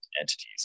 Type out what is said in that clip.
entities